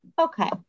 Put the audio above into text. Okay